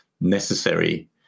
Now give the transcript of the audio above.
necessary